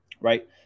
right